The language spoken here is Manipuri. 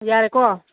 ꯌꯥꯔꯦꯀꯣ